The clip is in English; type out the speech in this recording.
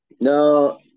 No